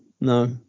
no